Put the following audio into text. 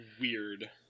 weird